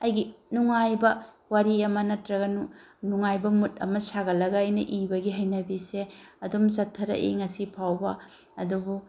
ꯑꯩꯒꯤ ꯅꯨꯡꯉꯥꯏꯕ ꯋꯥꯔꯤ ꯑꯃ ꯅꯠꯇ꯭ꯔꯒ ꯅꯨꯡꯉꯥꯏꯕ ꯃꯨꯠ ꯑꯃ ꯁꯥꯒꯠꯂꯒ ꯑꯩꯅ ꯏꯕꯒꯤ ꯍꯩꯅꯕꯤꯁꯦ ꯑꯗꯨꯝ ꯆꯠꯊꯔꯛꯏ ꯉꯁꯤ ꯐꯥꯎꯕ ꯑꯗꯨꯕꯨ